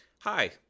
Hi